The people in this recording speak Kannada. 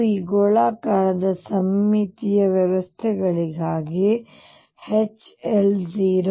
ಮತ್ತು ಈ ಗೋಳಾಕಾರದ ಸಮ್ಮಿತೀಯ ವ್ಯವಸ್ಥೆಗಳಿಗಾಗಿ H L 0